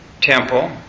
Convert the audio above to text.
temple